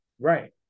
Right